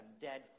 dead